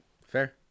Fair